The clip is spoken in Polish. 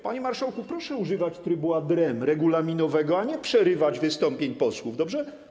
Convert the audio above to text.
Panie marszałku, proszę używać trybu ad rem, regulaminowego, nie przerywać wystąpień posłów, dobrze?